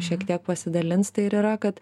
šiek tiek pasidalins tai ir yra kad